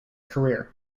career